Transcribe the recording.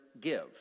give